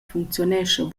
funcziunescha